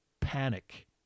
Panic